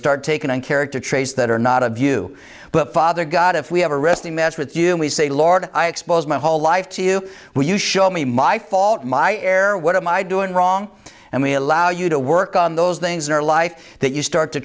start taking on character traits that are not of you but father god if we have a wrestling match with you and we say lord i expose my whole life to you when you show me my fault my error what am i doing wrong and we allow you to work on those things in our life that you start to